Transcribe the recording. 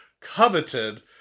coveted